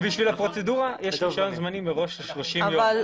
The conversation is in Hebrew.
בשביל הפרוצדורה, יש רישיון זמני מראש ל-30 ימים.